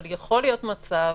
יכול להיות מצב,